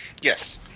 Yes